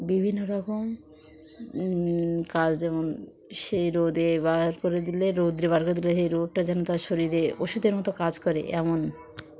বিভিন্ন রকম কাজ যেমন সে রোদে বার করে দিলে রৌদ্রে বার করে দিলে সেই রোদটা যেন তার শরীরে ওষুধের মতো কাজ করে এমন